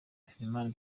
afrifame